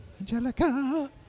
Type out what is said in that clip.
Angelica